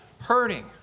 hurting